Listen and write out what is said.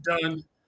done